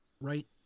right